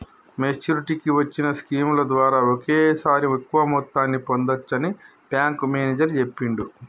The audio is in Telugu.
మెచ్చురిటీకి వచ్చిన స్కీముల ద్వారా ఒకేసారి ఎక్కువ మొత్తాన్ని పొందచ్చని బ్యేంకు మేనేజరు చెప్పిండు